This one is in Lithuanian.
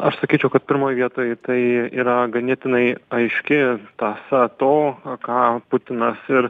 aš sakyčiau kad pirmoj vietoj tai yra ganėtinai aiški tąsa to ką putinas ir